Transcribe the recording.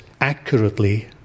accurately